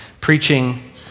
preaching